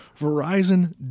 Verizon